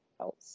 else